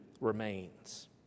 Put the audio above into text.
remains